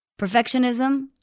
Perfectionism